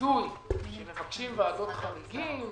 הזוי שמבקשים ועדות חריגים